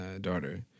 daughter